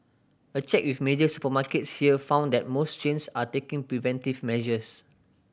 a check with major supermarkets here found that most chains are taking preventive measures